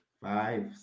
five